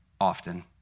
often